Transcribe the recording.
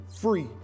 free